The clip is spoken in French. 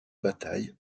bataille